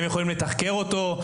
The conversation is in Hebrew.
הם יכולים לתחקר אותו,